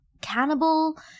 cannibal